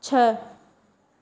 छह